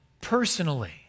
personally